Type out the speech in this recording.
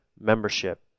membership